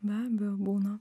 be abejo būna